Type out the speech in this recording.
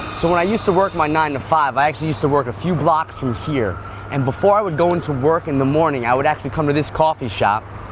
so when i used to work my nine-to-five i actually used to work a few blocks from here and before i would go into work in the morning i would actually come to this coffee shop